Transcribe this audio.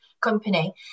company